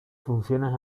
funciones